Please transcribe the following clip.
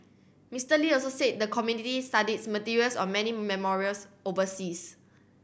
Mister Lee also said the committee studies materials on many memorials overseas